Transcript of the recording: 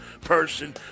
person